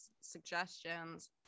suggestions